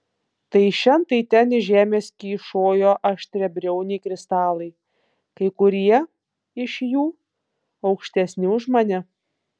tai šen tai ten iš žemės kyšojo aštriabriauniai kristalai kai kurie iš jų aukštesni už mane